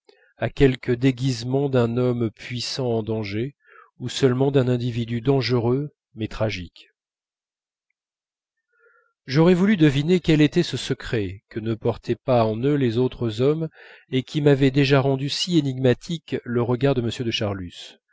à quelque déguisement d'un homme puissant en danger ou seulement d'un individu dangereux mais tragique j'aurais voulu deviner quel était ce secret que ne portaient pas en eux les autres hommes et qui m'avait déjà rendu si énigmatique le regard de m de charlus